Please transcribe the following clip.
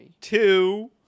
Two